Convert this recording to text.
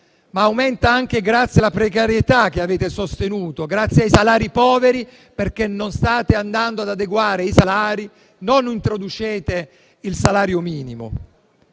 e aumenta anche grazie alla precarietà che avete sostenuto, grazie ai salari poveri, perché non adeguate i salari e non introducete quello minimo.